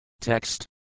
Text